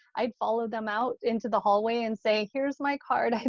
i'd follow them out into the hallway and say, here's my card.